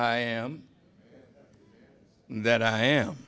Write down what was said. i am that i am